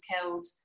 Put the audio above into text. killed